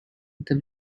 the